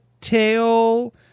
Tail